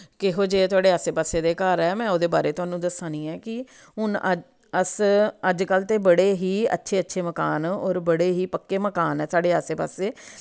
केहो जेह् थोआड़े आस्से पास्से दे घर ऐ मैं ओह्दे बारे थोआनू दस्सा निं आं की हुन अस अज कल्ल ते बड़े ही अच्छे अच्छे मकान और बड़े ही पक्के मकान ऐ साढ़े आस्से पास्से